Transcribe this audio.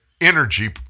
energy